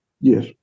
yes